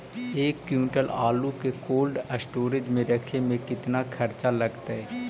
एक क्विंटल आलू के कोल्ड अस्टोर मे रखे मे केतना खरचा लगतइ?